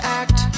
act